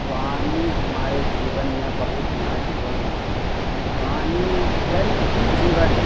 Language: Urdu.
پانی ہمارے جیون میں بہت مہتوپورن ہے پانی جل ہی جیون ہے